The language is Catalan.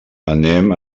anem